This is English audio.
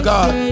God